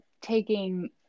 taking